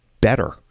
better